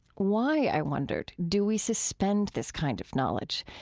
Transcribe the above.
why, i wondered, do we suspend this kind of knowledge?